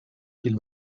qu’il